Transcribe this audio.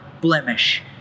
blemish